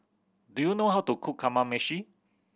do you know how to cook Kamameshi